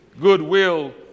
goodwill